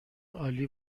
عالی